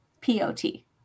P-O-T